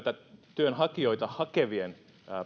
työnhakijoita hakevien